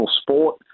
sport